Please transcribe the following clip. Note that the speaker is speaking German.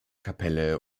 kapelle